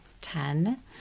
ten